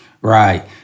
Right